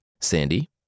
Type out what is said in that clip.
Sandy